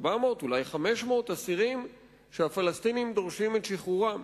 אולי 500 אסירים, שהפלסטינים דורשים את שחרורם.